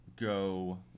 go